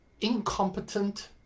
incompetent